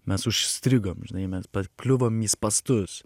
mes užstrigom žinai mes pakliuvom į spąstus